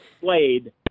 played